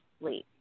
sleep